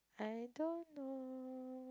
I don't know